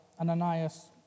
Ananias